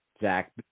Zach